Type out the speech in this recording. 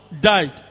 Died